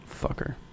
Fucker